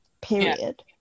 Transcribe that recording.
period